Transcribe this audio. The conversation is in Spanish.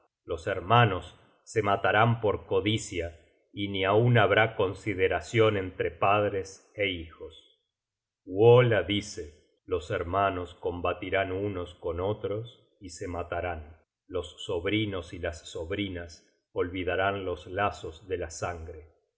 los hermanos se matarán por codicia y ni aun habrá consideracion entre padres é hijos wola dice content from google book search generated at los hermanos combatirán unos con otros y se matarán los sobrinos y las sobrinas olvidarán los lazos de la sangre